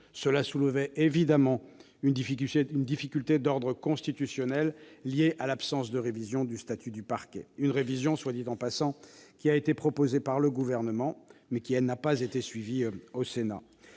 mesure soulevait évidemment une difficulté d'ordre constitutionnel liée à l'absence de révision du statut du parquet, une révision qui, soit dit en passant, a été proposée par le Gouvernement, mais que le Sénat